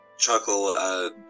chuckle